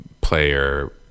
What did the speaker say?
player